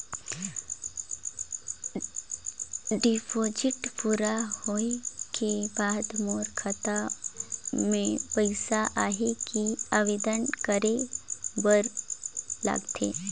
Deposit पूरा होय के बाद मोर खाता मे पइसा आही कि आवेदन करे बर लगथे?